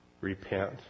repent